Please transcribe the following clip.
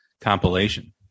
compilation